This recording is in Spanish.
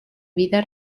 vida